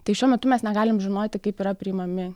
tai šiuo metu mes negalim žinoti kaip yra priimami